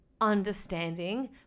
understanding